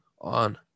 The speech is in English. on